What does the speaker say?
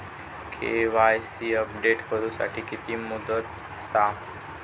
KYC update करू साठी किती मुदत आसा?